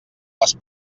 les